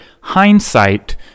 hindsight